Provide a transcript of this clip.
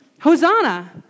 Hosanna